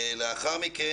לאחר מכן